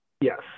Yes